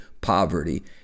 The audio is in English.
poverty